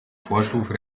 vorstufe